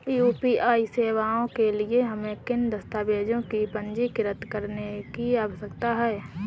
UPI सेवाओं के लिए हमें किन दस्तावेज़ों को पंजीकृत करने की आवश्यकता है?